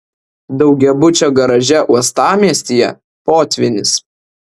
daugiabučio garaže uostamiestyje potvynis